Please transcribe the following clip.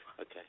Okay